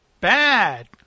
bad